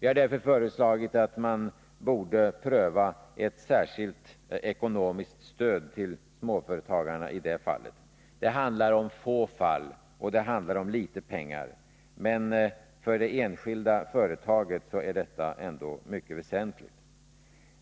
Vi har därför föreslagit att man borde pröva ett särskilt ekonomiskt stöd till småföretagarna i det fallet. Det handlar om få fall, och det handlar om litet pengar. Men för det enskilda företaget är detta ändå mycket väsentligt.